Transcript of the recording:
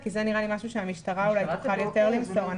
זה נראה לי משהו שהמשטרה אולי תוכל יותר לעשות.